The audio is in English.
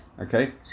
Okay